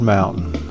Mountain